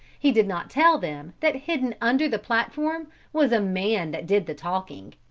he did not tell them that hidden under the platform was a man that did the talking,